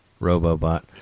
Robobot